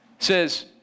Says